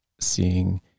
seeing